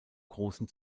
großen